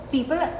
People